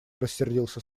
рассердился